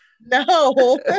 No